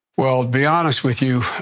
well, be honest with you,